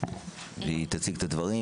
היא תציג את הדברים,